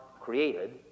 created